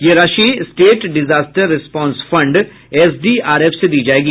यह राशि state disaster response fund SDRF से दी जायेगी